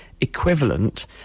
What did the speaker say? equivalent